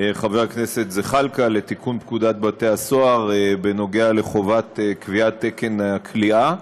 חבר הכנסת זחאלקה לתיקון פקודת בתי-הסוהר בכל הקשור לקביעת תקן הכליאה,